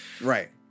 Right